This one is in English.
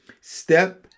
step